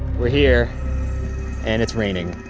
we're here and it's raining.